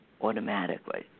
automatically